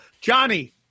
Johnny